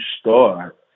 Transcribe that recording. start